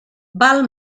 val